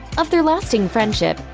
of their lasting friendship,